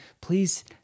please